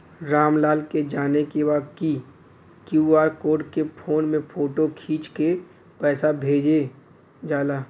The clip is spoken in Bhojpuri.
राम लाल के जाने के बा की क्यू.आर कोड के फोन में फोटो खींच के पैसा कैसे भेजे जाला?